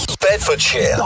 Bedfordshire